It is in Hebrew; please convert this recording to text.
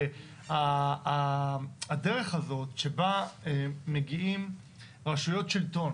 והדרך הזו שבה מגיעים רשויות שלטון